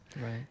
right